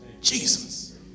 Jesus